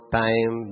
time